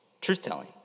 Truth-telling